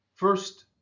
First